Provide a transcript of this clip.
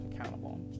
accountable